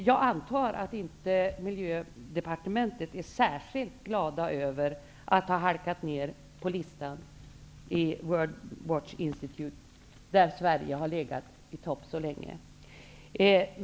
Jag antar att man inte är särskilt glad på Miljödepartementet över att Sverige har halkat ner i World Watch Institute's lista. Sverige har ju legat i topp länge.